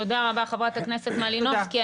תודה רבה, חברת הכנסת מלינובסקי.